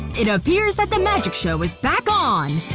it appears that the magic show is back on!